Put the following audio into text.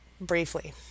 briefly